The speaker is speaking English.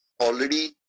already